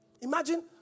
Imagine